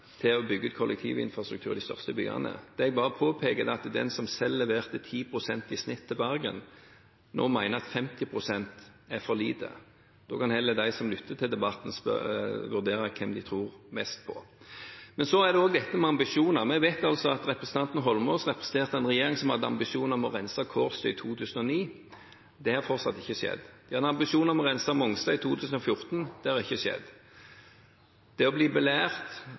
til å bygge kollektivinfrastruktur i de største byene. Jeg bare påpeker at den som selv leverte 10 pst. i snitt til Bergen, nå mener at 50 pst. er for lite. Da kan heller de som lytter til debatten, vurdere hvem de tror mest på. Men så er det også dette med ambisjoner. Vi vet at representanten Eidsvoll Holmås representerte en regjering som hadde ambisjoner om å rense Kårstø i 2009. Det har fortsatt ikke skjedd. De hadde ambisjoner om å rense Mongstad i 2014. Det har ikke skjedd. Det å bli belært